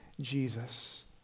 Jesus